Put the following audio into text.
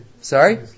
Sorry